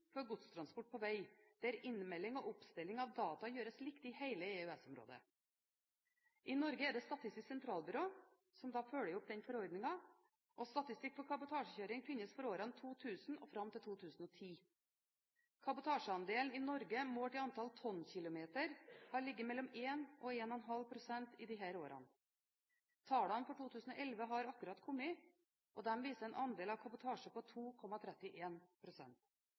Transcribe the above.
for godstransport på vei der innmelding og oppstilling av data gjøres likt i hele EØS-området. I Norge er det Statistisk sentralbyrå som følger opp den forordningen, og statistikk for kabotasjekjøring finnes for årene for årene fra 2000 og fram til 2010. Kabotasjeandel i Norge, målt i antall tonn-kilometer, har ligget mellom 1 og 1,5 pst. i disse årene. Tallene for 2011 har akkurat kommet, og de viser en andel av kabotasje på